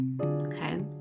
okay